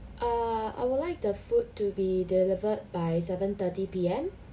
err I would like the food to be delivered by seven thirty P_M